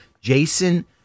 Jason